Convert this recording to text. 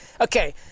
okay